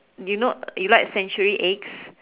you know you like century eggs